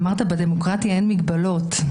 אמרת שבדמוקרטיה אין מגבלות.